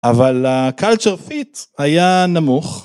אבל קלצ'ר פיט היה נמוך.